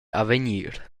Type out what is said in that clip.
avegnir